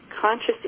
conscious